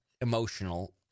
emotional